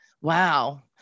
Wow